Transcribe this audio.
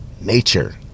Nature